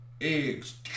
Eggs